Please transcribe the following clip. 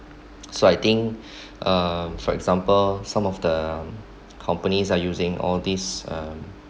so I think uh for example some of the companies are using all this uh